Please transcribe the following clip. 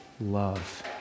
love